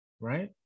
right